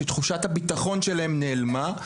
תחושת הבטחון שלהם נעלמה,